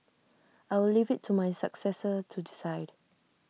I will leave IT to my successor to decide